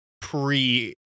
pre